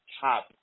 top